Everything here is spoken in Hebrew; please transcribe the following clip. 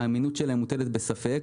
האמינות שלהם מוטלת בספק,